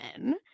men